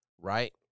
right—